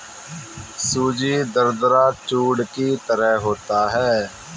सूजी दरदरा चूर्ण की तरह होता है